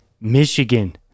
Michigan